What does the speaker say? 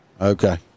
Okay